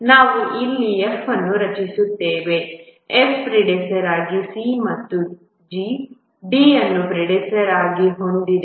ನಾನು ಇಲ್ಲಿ F ಅನ್ನು ರಚಿಸುತ್ತೇವೆ F ಪ್ರಿಡೆಸೆಸ್ಸರ್ ಆಗಿ C ಮತ್ತು G D ಅನ್ನು ಪ್ರಿಡೆಸೆಸ್ಸರ್ ಆಗಿ ಹೊಂದಿದೆ